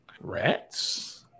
Rats